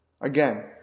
Again